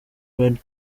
red